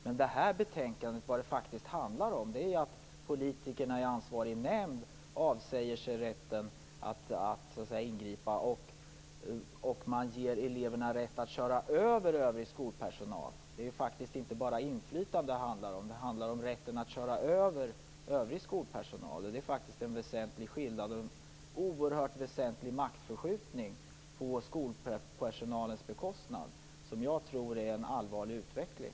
Men det här betänkandet handlar om att politiker i ansvarig nämnd avsäger sig rätten att ingripa. Eleverna ges rätt att köra över övrig skolpersonal. Det handlar inte bara om inflytande. Det handlar om rätten att köra över övrig skolpersonal. Det är en oerhört väsentlig maktförskjutning på skolpersonalens bekostnad. Det är en allvarlig utveckling.